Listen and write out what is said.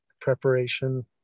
preparation